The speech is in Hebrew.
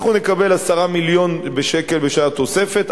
אנחנו נקבל 10 מיליון שקל בשל התוספת,